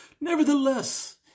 Nevertheless